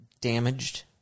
damaged